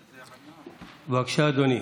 בבקשה, אדוני.